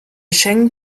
schengen